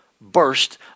burst